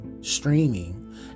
Streaming